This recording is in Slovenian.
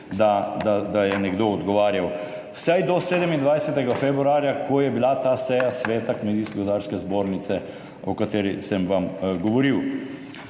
da je nekdo odgovarjal, vsaj do 27. februarja, ko je bila ta seja Sveta Kmetijsko gozdarske zbornice Slovenije, o kateri sem vam govoril.